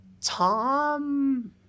Tom